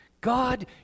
God